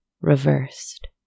Reversed